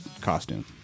costume